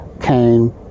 came